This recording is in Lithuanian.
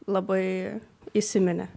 labai įsiminė